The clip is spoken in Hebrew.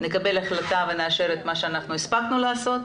נקבל החלטה ונאשר את מה שהספקנו לעשות.